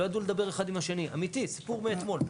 סיפור מאתמול.